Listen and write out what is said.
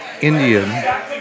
Indian